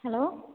hello